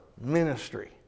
ministry